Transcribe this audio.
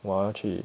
我要去